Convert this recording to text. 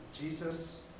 Jesus